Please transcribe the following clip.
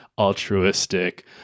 altruistic